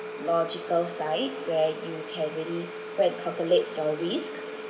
logical side where you can really go and calculate your risk